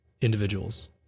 individuals